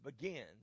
begins